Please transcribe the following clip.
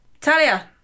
Talia